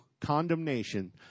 condemnation